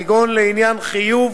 כגון לעניין חיוב